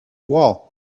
wall